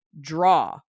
draw